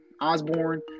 Osborne